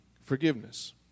forgiveness